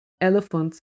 elephant